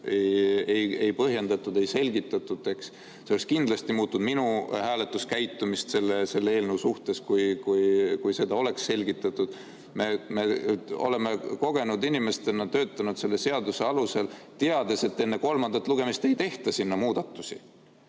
ei põhjendatud, ei selgitatud. See oleks kindlasti muutnud minu hääletuskäitumist selle eelnõu suhtes, kui seda oleks selgitatud. Me oleme kogenud inimestena töötanud seaduse alusel, teades, et enne kolmandat lugemist ei tehta eelnõus muudatusi,